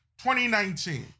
2019